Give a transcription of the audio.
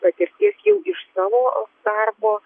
patirties jau iš savo darbo